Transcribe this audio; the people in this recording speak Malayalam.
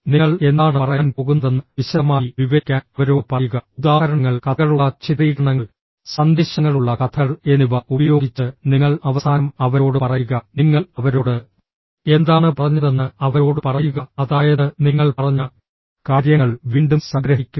നിങ്ങൾ എന്താണ് പറയാൻ പോകുന്നതെന്ന് വിശദമായി വിവരിക്കാൻ അവരോട് പറയുക ഉദാഹരണങ്ങൾ കഥകളുള്ള ചിത്രീകരണങ്ങൾ സന്ദേശങ്ങളുള്ള കഥകൾ എന്നിവ ഉപയോഗിച്ച് നിങ്ങൾ അവസാനം അവരോട് പറയുക നിങ്ങൾ അവരോട് എന്താണ് പറഞ്ഞതെന്ന് അവരോട് പറയുക അതായത് നിങ്ങൾ പറഞ്ഞ കാര്യങ്ങൾ വീണ്ടും സംഗ്രഹിക്കുക